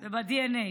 זה בדנ"א.